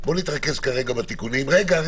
בוא נתרכז כרגע בתיקונים רגע,